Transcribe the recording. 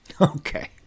Okay